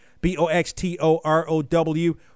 B-O-X-T-O-R-O-W